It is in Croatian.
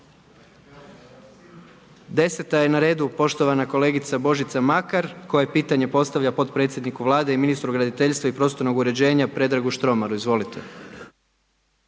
10. je na redu, poštovana kolegica Božica Makar, koje pitanja postavlja potpredsjedniku Vlade i ministru graditeljstva i prostornog uređenja Predragu Štromaru, izvolite.